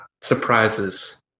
surprises